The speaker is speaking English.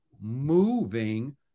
moving